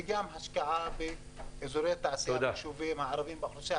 וגם השקעה באזורי תעשייה ביישובים הערביים.